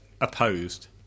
opposed